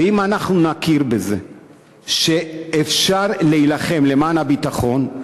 ואם אנחנו נכיר בזה שאפשר להילחם למען הביטחון,